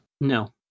No